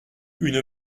une